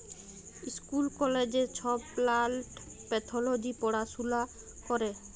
school কলেজে ছব plant pathology পড়াশুলা ক্যরে